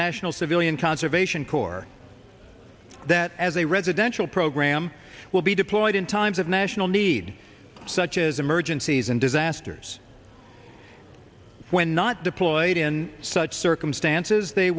national civilian conservation corps that as a residential program will be deployed in times of national need such as emergencies and disasters when not deployed in such circumstances they